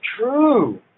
true